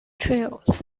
trials